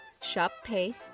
ShopPay